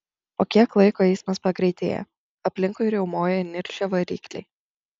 po kiek laiko eismas pagreitėja aplinkui riaumoja įniršę varikliai